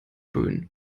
böen